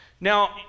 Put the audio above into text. Now